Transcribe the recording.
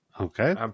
Okay